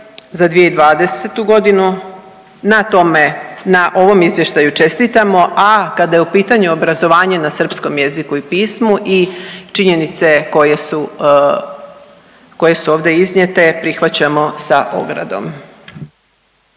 za 2020. godinu, na tome, na ovom izvještaju čestitamo, a kada je u pitanju obrazovanje na srpskom jeziku i pismu i činjenice koje su, koje su ovdje iznijete prihvaćamo sa ogradom.